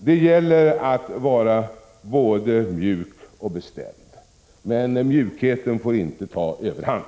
Det gäller att vara både mjuk och bestämd, men mjukheten får inte ta överhand.